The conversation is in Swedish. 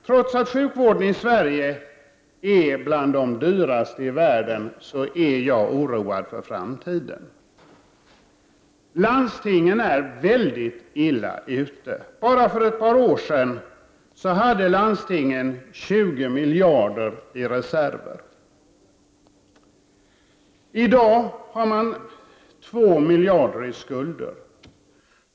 Trots att sjukvården i Sverige är bland de dyraste i världen är jag oroad för framtiden. Landstingen är väldigt illa ute. Bara för ett par år sedan hade landstingen 20 miljarder kronor i reserven. I dag har man 2 miljarder kronor i skulder.